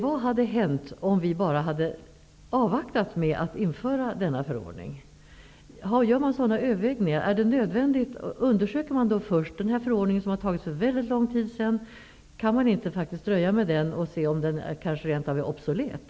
Vad hade hänt om vi bara hade avvaktat med att införa denna förordning? Görs sådana överväganden? Det har ju tagit väldigt lång tid med den här förordningen. Kan man inte dröja med den? Kanske är den rent av obsolet.